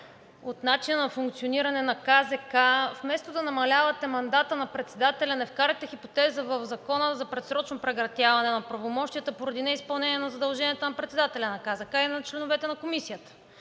от начина на функциониране на КЗК, вместо да намалявате мандата на председателя, не вкарате хипотеза в Закона за предсрочно прекратяване на правомощията поради неизпълнение на задълженията на председателя на КЗК и на членовете на Комисията.